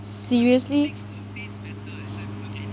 seriously